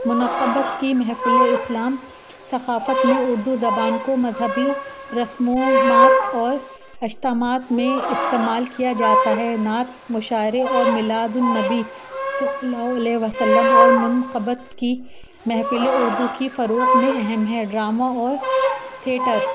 منقبت کی محفل اسلام ثقافت میں اردو زبان کو مذہبی رسمومات اور اجتمات میں استعمال کیا جاتا ہے نعت مشاعرے اور میلاد النبی صل اللہ علیہ وسلم اور منقبت کی محفل اردو کی فروغ میں اہم ہے ڈراما اور تھئیٹر